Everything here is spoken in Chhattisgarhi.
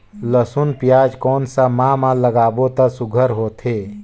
लसुन पियाज कोन सा माह म लागाबो त सुघ्घर होथे?